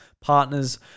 partners